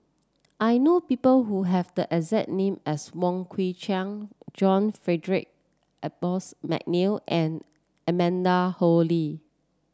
I know people who have the exact name as Wong Kwei Cheong John Frederick Adolphus McNair and Amanda Koe Lee